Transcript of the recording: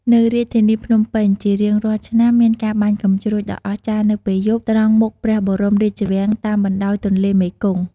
នៅរាជធានីភ្នំពេញ ជារៀងរាល់ឆ្នាំមានការបាញ់កាំជ្រួចដ៏អស្ចារ្យនៅពេលយប់ ត្រង់មុខព្រះបរមរាជវាំងតាមបណ្តោយទន្លេមេគង្គ។